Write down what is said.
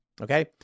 Okay